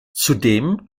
zudem